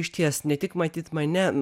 išties ne tik matyt mane